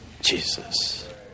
Jesus